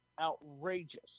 outrageous